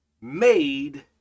made